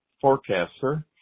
forecaster